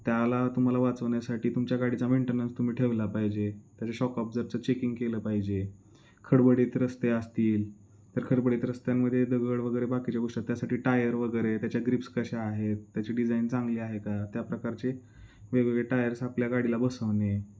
त्याला तुम्हाला वाचवण्यासाठी तुमच्या गाडीचा मेंटेनन्स तुम्ही ठेवला पाहिजे त्याच्या शॉक ऑबजरचं चेकिंग केलं पाहिजे खडबडीत रस्ते असतील तर खडबडीत रस्त्यांमध्ये दगड वगैरे बाकीच्या गोष्टीत त्यासाठी टायर वगैरे त्याच्या ग्रीप्स कशा आहेत त्याची डिझाईन चांगली आहे का त्या प्रकारचे वेगवेगळे टायर्स आपल्या गाडीला बसवणे